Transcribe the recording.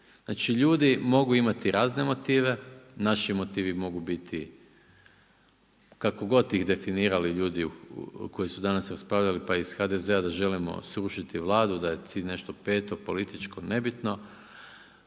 Znači ljudi mogu imati razne motive, naši motivi mogu biti, kako god ih definirali ljudi koji su danas raspravljali pa i iz HDZ-a da želimo srušiti Vladu, da je cilj nešto peto, političko, nebitno.